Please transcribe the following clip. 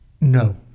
No